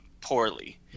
poorly